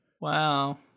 Wow